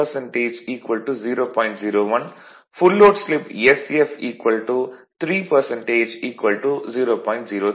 01 full load slip sf 3 0